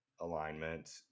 alignment